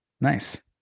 Nice